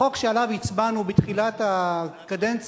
החוק שעליו הצבענו בתחילת הקדנציה,